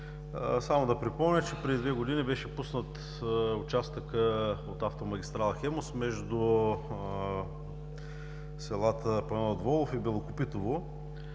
Само да припомня, че преди две години беше пуснат участъкът от автомагистрала „Хемус“ между селата Панайот Волов и Белокопитово.